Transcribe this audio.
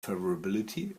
favorability